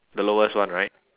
the lowest one right